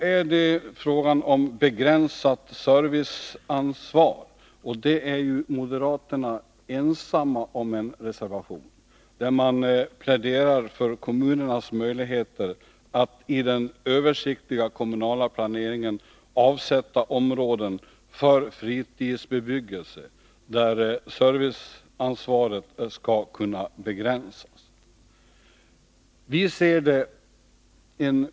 Moderaterna ensamma har en reservation när det gäller begränsat serviceansvar, i vilken man pläderar för kommunernas möjligheter att i den översiktliga kommunala planeringen avsätta områden för fritidsbebyggelse, där serviceansvaret skall kunna begränsas.